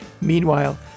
Meanwhile